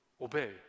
obey